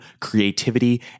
creativity